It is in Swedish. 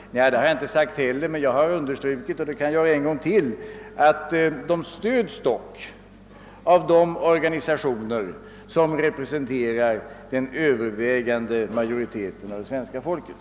Det har jag inte heller sagt, men jag har understrukit — och kan göra det en gång till — att dessa skäl stöds av de organisationer som representerar den övervägande majoriteten av svenska folket.